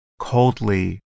coldly